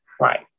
Right